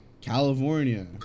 California